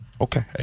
Okay